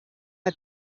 bei